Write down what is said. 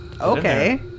okay